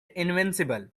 invincible